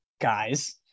guys